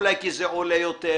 אולי כי זה עולה יותר,